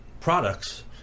products